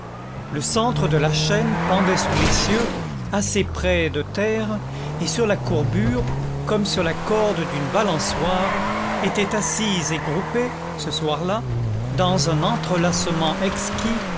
le centre de la chaîne pendait sous l'essieu assez près de terre et sur la courbure comme sur la corde d'une balançoire étaient assises et groupées ce soir-là dans un entrelacement exquis